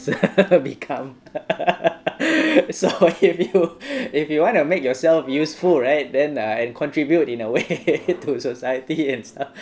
become so if you if you wanna make yourself useful right then uh contribute in a way to society and stuff